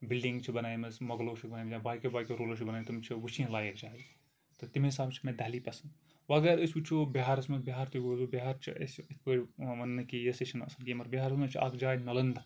building چھ بَنایہِ مَژٕ مۄغلو چھِ بَنایہِ مَژ یا باقیو باقیو روٗلرو چھِ بَنایہِ مَژٕ تِم چھِ وٕچھِنۍ لایق جایہِ تہٕ تَمہِ حِسابہٕ چھ مےٚ دہلی پسنٛد باقٕے اَگر أسۍ وٕچھو بِہار بِہارَس منٛز بِہار تہِ گوس بہٕ بِہار چھُ اَسہِ اِتھ پٲٹھۍ وَنٕنہٕ کہِ یہِ ہسا چھُ نہٕ اَصٕل گیمَر بِہارَس منٛز چھِ اکھ جاے نَلنٛد